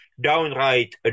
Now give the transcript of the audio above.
downright